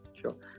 Sure